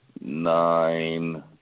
nine